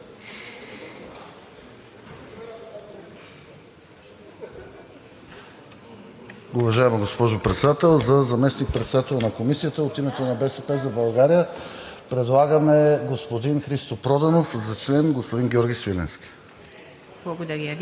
Уважаема госпожо Председател! За заместник-председател на Комисията от името на „БСП за България“ предлагаме господин Христо Проданов, за член господин Георги Свиленски.